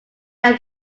than